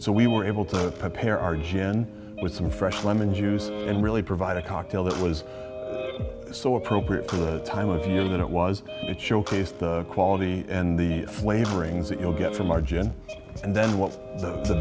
so we were able to prepare our gin with some fresh lemon juice and really provide a cocktail that was so appropriate for the time of year that it was showcased the quality and the flavorings that you'll get from our gen and then what's the